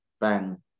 bang